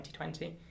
2020